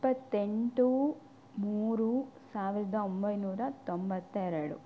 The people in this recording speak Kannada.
ಇಪ್ಪತ್ತೆಂಟು ಮೂರು ಸಾವಿರದ ಒಂಬೈನೂರ ತೊಂಬತ್ತೆರಡು